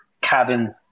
cabin